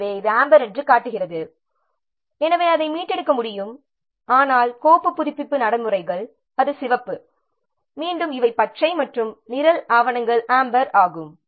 எனவே இது அம்பர் என்று காட்டுகிறது எனவே அதை மீட்டெடுக்க முடியும் ஆனால் கோப்பு புதுப்பிப்பு நடைமுறைகள் அது சிவப்பு மீண்டும் இவை பச்சை மற்றும் நிரல் ஆவணங்கள் அம்பர் ஆகும்